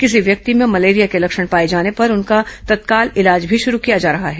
किसी व्यक्ति में मलेरिया के लक्षण पाए जाने पर उनका तत्काल इलाज भी शुरू किया जा रहा है